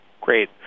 Great